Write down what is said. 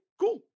Cool